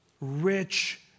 rich